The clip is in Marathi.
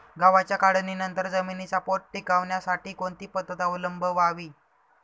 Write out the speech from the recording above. गव्हाच्या काढणीनंतर जमिनीचा पोत टिकवण्यासाठी कोणती पद्धत अवलंबवावी?